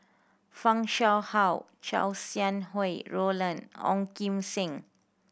Fan Shao Hua Chow Sau Hai Roland Ong Kim Seng